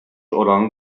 oranı